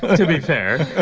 to be fair. ah